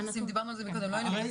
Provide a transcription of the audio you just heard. דיברנו על זה כשלא היית.